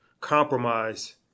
compromise